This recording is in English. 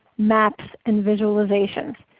maps and visualizations.